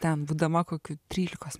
ten būdama kokių trylikos